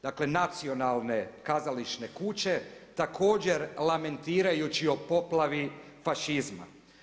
Dakle, nacionalne kazališne kuće također lamentirajući o poplavi fašizma.